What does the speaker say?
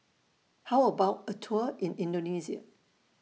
How about A Tour in Indonesia